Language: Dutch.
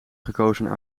gekozen